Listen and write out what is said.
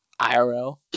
IRL